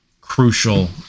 crucial